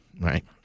right